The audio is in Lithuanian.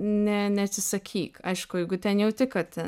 ne neatsisakyk aišku jeigu ten jauti kad